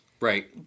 Right